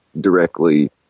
directly